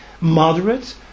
moderate